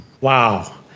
Wow